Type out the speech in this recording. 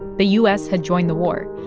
the u s. had joined the war,